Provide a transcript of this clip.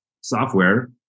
software